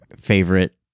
favorite